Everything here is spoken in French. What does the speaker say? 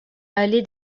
allée